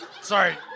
Sorry